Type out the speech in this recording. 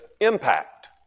impact